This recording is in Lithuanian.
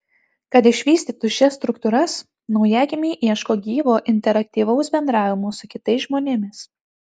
kad išvystytų šias struktūras naujagimiai ieško gyvo interaktyvaus bendravimo su kitais žmonėmis